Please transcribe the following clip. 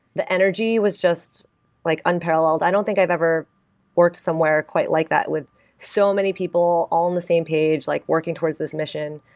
the energy was just like unparalleled. i don't think i've ever worked somewhere quite like that with so many people all on the same page like working towards this mission.